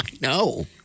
No